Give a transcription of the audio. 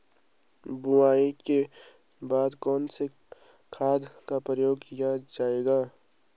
बुआई के बाद कौन से खाद का प्रयोग किया जायेगा?